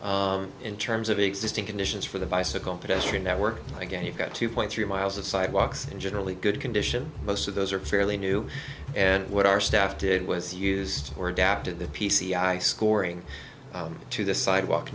on in terms of existing conditions for the bicycle pedestrian network again you've got two point three miles of sidewalks and generally good condition most of those are fairly new and what our staff did was used for adapted the p c i scoring to the sidewalk